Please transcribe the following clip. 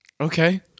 Okay